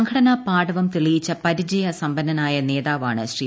സംഘടനാ പാടവം തെളിയിച്ച പരിചയ സമ്പന്നനായ നേതാവാണ് ശ്രീ